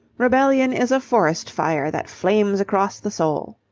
rebellion is a forest fire that flames across the soul.